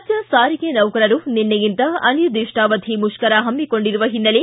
ರಾಜ್ಯ ಸಾರಿಗೆ ನೌಕರರು ನಿನ್ನೆಯಿಂದ ಅನಿರ್ದಿಷ್ಟಾವಧಿ ಮುಷ್ಕರ ಪಮ್ಮಿಕೊಂಡಿರುವ ಹಿನ್ನೆಲೆ